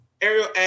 Ariel